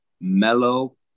Mellow